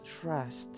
trust